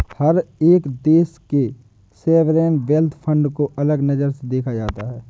हर एक देश के सॉवरेन वेल्थ फंड को अलग नजर से देखा जाता है